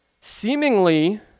seemingly